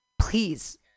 Please